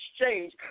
exchange